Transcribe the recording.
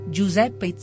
Giuseppe